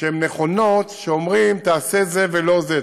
שהן נכונות, כשאומרים: תעשה את זה ולא את זה.